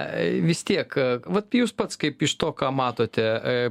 a vis tiek vat jūs pats kaip iš to ką matote